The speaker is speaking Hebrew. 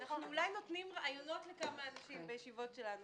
אולי אנחנו נותנים רעיונות לכמה אנשים בישיבות שלנו.